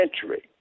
century